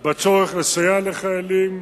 בצורך לסייע לחיילים,